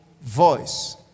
voice